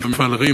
במפעל "רים".